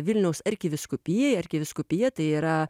vilniaus arkivyskupijai arkivyskupija tai yra